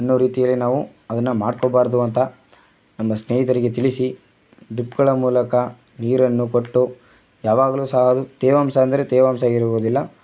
ಅನ್ನೋ ರೀತಿಯಲ್ಲಿ ನಾವು ಅದನ್ನು ಮಾಡ್ಕೊಳ್ಬಾರ್ದು ಅಂತ ನಮ್ಮ ಸ್ನೇಹಿತರಿಗೆ ತಿಳಿಸಿ ಡಿಪ್ಗಳ ಮೂಲಕ ನೀರನ್ನು ಕೊಟ್ಟು ಯಾವಾಗಲೂ ಸಹ ಅದು ತೇವಾಂಶ ಅಂದರೆ ತೇವಾಂಶ ಹೀರುವುದಿಲ್ಲ